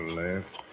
left